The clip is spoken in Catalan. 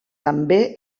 també